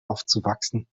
aufzuwachsen